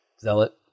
Zealot